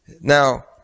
Now